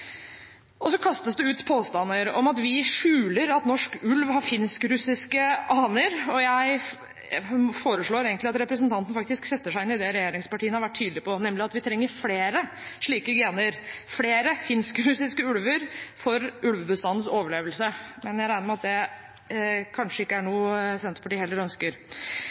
Så kastes det ut påstander om at vi skjuler at norsk ulv har finsk-russiske aner. Jeg foreslår at representanten faktisk setter seg inn i det regjeringspartiene har vært tydelige på, nemlig at vi trenger flere slike gener, flere finsk-russiske ulver, for ulvebestandens overlevelse. Men jeg regner med at det kanskje ikke er noe Senterpartiet ønsker.